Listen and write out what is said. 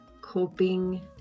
coping